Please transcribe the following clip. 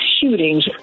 shootings